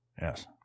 Yes